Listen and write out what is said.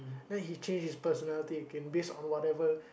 then he changed his personality again based on whatever